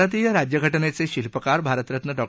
भारतीय राज्यघटनेचे शिल्पकार भारतरत्न डॉ